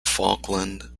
falkland